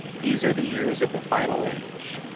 these are the years of the final age.